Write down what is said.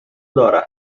دارد